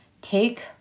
take